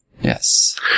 Yes